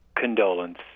condolence